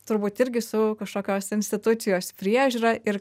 turbūt irgi su kažkokios institucijos priežiūra ir